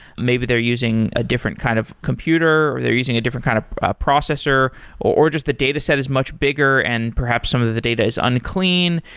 maybe they're using a different kind computer or they're using a different kind of processor or just the dataset is much bigger and perhaps some of the the data is unclean.